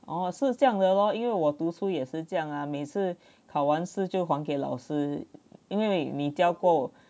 哦是这样的 lor 因为我读书也是这样啊每次考完试就还给老师因为你教过